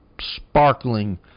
sparkling